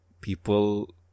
people